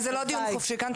זה לא דיון חופשי כאן.